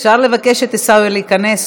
אפשר לבקש מעיסאווי להיכנס,